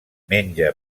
menja